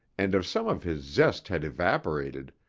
and if some of his zest had evaporated,